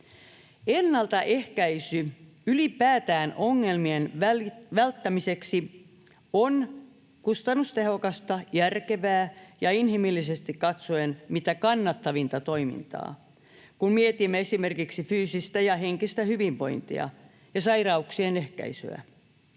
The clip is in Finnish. Ennaltaehkäisy ylipäätään ongelmien välttämiseksi on kustannustehokasta, järkevää ja inhimillisesti katsoen mitä kannattavinta toimintaa, kun mietimme esimerkiksi fyysistä ja henkistä hyvinvointia ja sairauksien ehkäisyä.